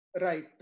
Right